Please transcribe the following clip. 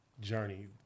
journey